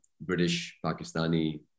British-Pakistani